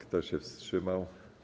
Kto się wstrzymał?